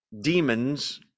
demons